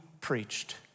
preached